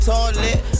Toilet